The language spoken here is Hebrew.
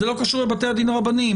זה לא קשור לבתי הדין הרבניים.